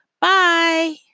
Bye